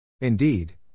Indeed